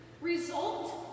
result